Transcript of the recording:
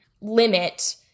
limit